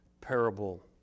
parable